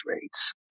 rates